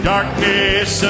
Darkness